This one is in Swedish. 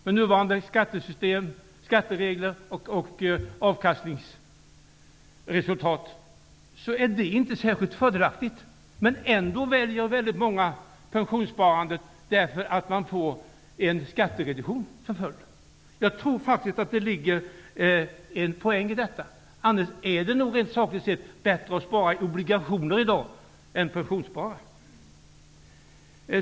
Med nuvarande skattesystem, skatteregler och avkastningsresultat är det inte särskilt fördelaktigt. Men ändå väljer väldigt många pensionssparandet därför att man får en skattereduktion. Jag tror faktiskt att det ligger en poäng i detta. Annars är det rent sakligt sett bättre att spara i obligationer i dag än att pensionsspara.